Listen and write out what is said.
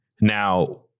Now